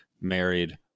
married